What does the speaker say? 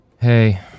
Hey